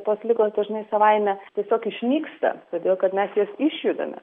tos ligos dažnai savaime tiesiog išnyksta todėl kad mes jas išjudame